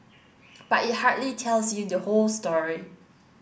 but it hardly tells you the whole story